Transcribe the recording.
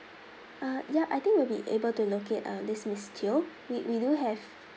uh ya I think we'll be able to locate uh this miss teo we we do